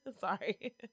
Sorry